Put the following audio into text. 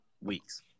weeks